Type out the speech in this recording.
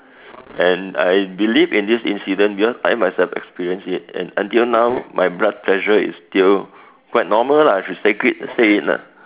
and I believe in this incident because I myself experienced it and until now my blood pressure is still quite normal lah I should say it say it lah